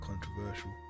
controversial